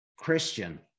christian